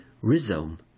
Rhizome